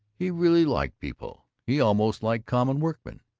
he really liked people. he almost liked common workmen.